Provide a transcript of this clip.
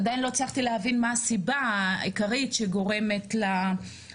עדיין לא הצלחתי להבין מה הסיבה העיקרית שגורמת לאותם